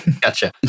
Gotcha